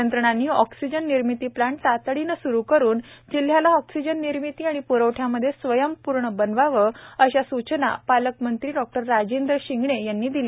यंत्रणांनी ऑक्सिजन निर्मिती प्लँट तातडीने स्रू करून जिल्ह्याला ऑक्सिजन निर्मिती व प्रवठ्यामध्ये स्वयंपूर्ण बनवावे अशा सूचना पालकमंत्री डॉ राजेंद्र शिंगणे यांनी दिल्या